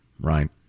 Right